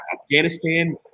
Afghanistan